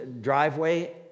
driveway